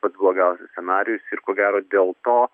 pats blogiausias scenarijus ir ko gero dėl to